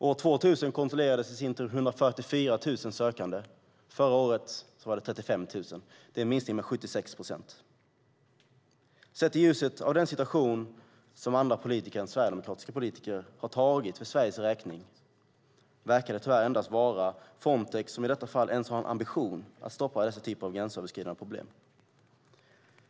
År 2000 kontrollerades ungefär 144 000 sökande. Förra året var det 35 000. Det är en minskning med 76 procent. I ljuset av den situation som andra politiker än sverigedemokratiska politiker har fattat beslut om för Sveriges räkning verkar det tyvärr endast vara Frontex som har ens en ambition att stoppa dessa typer av gränsöverskridande problem.